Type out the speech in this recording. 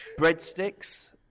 breadsticks